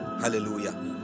hallelujah